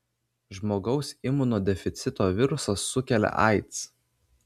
žmogaus imunodeficito virusas sukelia aids